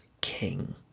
king